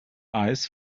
eyes